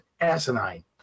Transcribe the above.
asinine